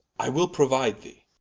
i will prouide thee